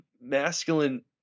masculine